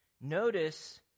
notice